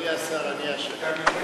אדוני השר, אני אשם.